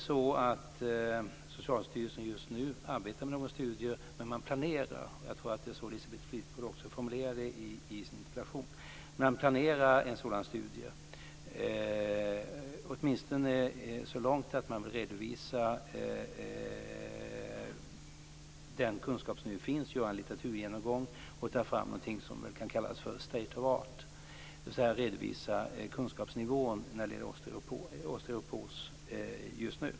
Socialstyrelsen arbetar inte just nu med några studier, men man planerar - jag tror att det också var så Elisabeth Fleetwood formulerade det i sin information - en sådan studie, åtminstone så långt att man redovisar den kunskap som nu finns. Man gör en litteraturgenomgång och tar fram någonting som väl kan kallas state of art, dvs. en redovisning av kunskapsnivån när det gäller osteoporos just nu.